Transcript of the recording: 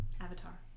Avatar